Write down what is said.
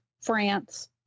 France